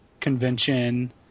convention